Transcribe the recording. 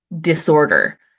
disorder